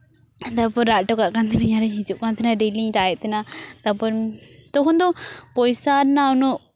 ᱛᱟᱨᱯᱚᱨ ᱨᱟᱜ ᱦᱚᱴᱚᱠᱟᱜ ᱠᱟᱱ ᱛᱟᱦᱮᱱᱤᱧ ᱟᱨᱤᱧ ᱦᱤᱡᱩᱜ ᱠᱟᱱ ᱛᱟᱦᱮᱱᱟ ᱰᱮᱞᱤᱧ ᱨᱟᱜᱮᱫ ᱛᱟᱦᱮᱱᱟ ᱛᱟᱨᱯᱚᱨ ᱛᱚᱠᱷᱚᱱ ᱫᱚ ᱯᱚᱭᱥᱟ ᱨᱮᱱᱟᱜ ᱩᱱᱟᱹᱜ